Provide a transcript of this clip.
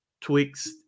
Twix